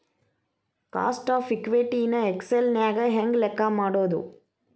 Cost of equity ನ Excel ನ್ಯಾಗ ಹೆಂಗ್ ಲೆಕ್ಕಾ ಮಾಡೊದು?